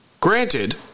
Granted